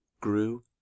grew